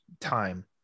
time